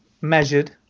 measured